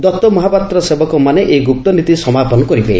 ଦଉ ମହାପାତ୍ର ସେବକମାନେ ଏହି ଗୁପ୍ତନୀତି ସମାପନ କରିବେ